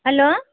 hello